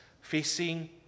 facing